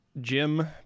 Jim